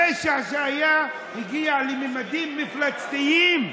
הפשע שהיה הגיע לממדים מפלצתיים,